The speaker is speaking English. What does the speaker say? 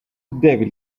devil